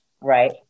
right